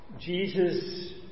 Jesus